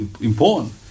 important